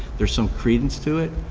there's some credence to it.